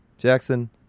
Jackson